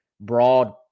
broad